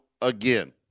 again